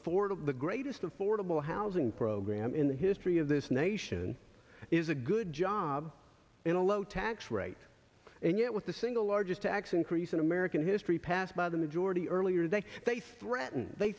affordable the greatest affordable housing program in the history of this nation is a good job and a low tax rate and yet with the single largest tax increase in american history passed by the majority earlier that they threaten they